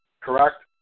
correct